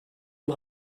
yıl